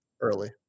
early